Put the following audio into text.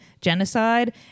genocide